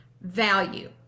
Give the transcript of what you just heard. value